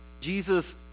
Jesus